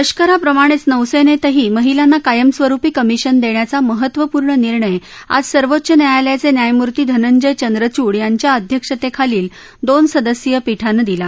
लष्करा प्रमाणेच नौसेनेतही महिलांना कायमस्वरूपी कमिशन देण्याचा महतवपूर्ण निर्णय आज सर्वोच्च न्यायालयाचे न्यायमूर्ती धनंजय चंद्रचूड यांच्या अध्यक्षतेखालील दोन सदस्यीय पीठाने आज दिला